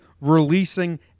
releasing